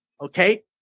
Okay